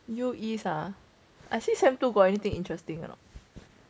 U_E ah I see sem two got anything interesting or not